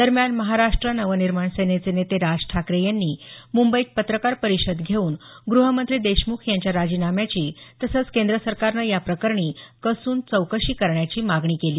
दरम्यान महाराष्ट नव निर्माण सेनेचे नेते राज ठाकरे यांनी मुंबईत पत्रकार परिषद घेऊन गृहमंत्री देशमुख यांच्या राजिनाम्याची तसंच केंद्र सरकारनं या प्रकरणी कसून चौकशी करण्याची मागणी केली